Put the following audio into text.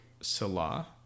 Salah